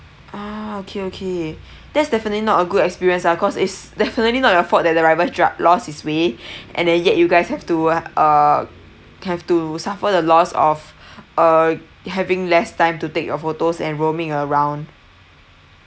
ah okay okay that's definitely not a good experience ah cause it's definitely not your fault that the driver drive lost his way and then you yet you guys have to uh err have to suffer the loss of err having less time to take your photos and roaming around